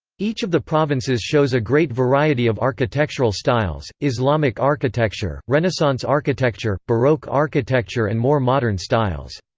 each of the provinces shows a great variety of architectural styles islamic architecture, renaissance architecture, baroque architecture and more modern styles.